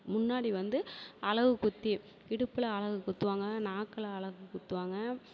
முன்னாடி வந்து அலகு குத்தி இடுப்பில் அலகு குத்துவாங்க நாக்கில் அலகு குத்துவாங்க